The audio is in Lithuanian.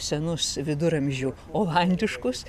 senus viduramžių olandiškus